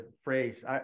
phrase